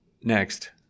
Next